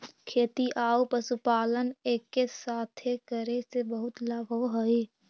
खेती आउ पशुपालन एके साथे करे से बहुत लाभ होब हई